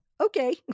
okay